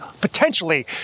potentially